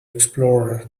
explorer